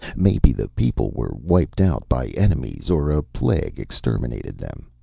maybe the people were wiped out by enemies, or a plague exterminated them.